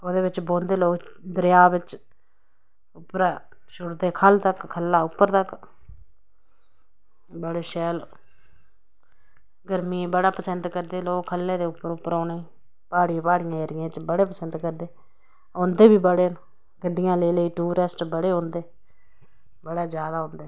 ओह्दे बिच्च बौंह्दे लोग दरिया बिच्च उप्परा दा शुड़देखल्ल तक खल्ला दा उप्पर तक बड़े शैल गर्मियें च बड़ा पसंदकरदे खल्ले दे लोग उप्पर औने गी प्हाड़ी प्हाड़ी एरियें च बड़ा पसंद करदे औंदे बी बड़े गड्डियां लेई लेी टूरिस्ट बड़े औंदे न बड़ा जादा औंदे